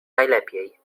najlepiej